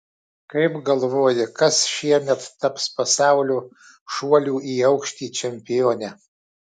kaip galvoji kas šiemet taps pasaulio šuolių į aukštį čempione